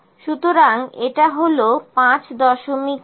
সুতরাং এটা হল 51